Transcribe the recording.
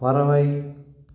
பறவை